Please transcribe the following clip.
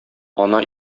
ана